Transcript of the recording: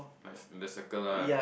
like the circle lah